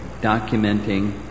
documenting